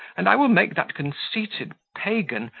and i will make that conceited pagan,